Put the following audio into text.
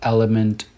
Element